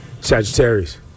Sagittarius